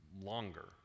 longer